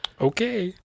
Okay